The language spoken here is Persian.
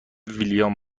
ویلیام